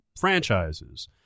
franchises